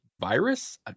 virus